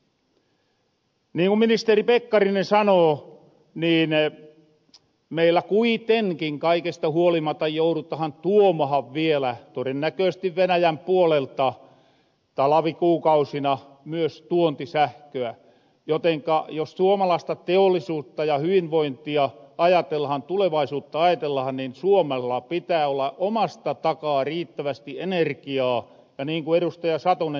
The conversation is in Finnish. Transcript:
niin kun ministeri pekkarinen sanoo niin meillä kuitenkin kaikesta huolimatta joudutahan tuomahan vielä todennäköösesti venäjän puolelta talavikuukausina myös tuontisähköä jotenka jos suomalaista teollisuutta ja hyvinvointia ajatellahan tulevaisuutta ajatellahan niin suomella pitää olla omasta takaa riittävästi energiaa ja niin kun ed